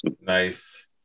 nice